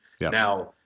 Now